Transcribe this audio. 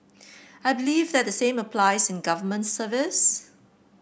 I believe that the same applies in government service